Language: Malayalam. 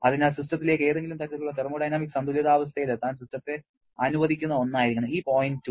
അതിനാൽ സിസ്റ്റത്തിലേക്ക് ഏതെങ്കിലും തരത്തിലുള്ള തെർമോഡൈനാമിക് സന്തുലിതാവസ്ഥയിലെത്താൻ സിസ്റ്റത്തെ അനുവദിക്കുന്ന ഒന്നായിരിക്കണം ഈ പോയിന്റ് 2